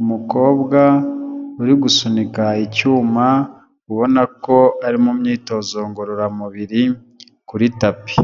Umukobwa uri gusunika icyuma, ubona ko ari mu myitozo ngororamubiri, kuri tapi.